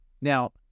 now